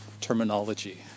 terminology